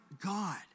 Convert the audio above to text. God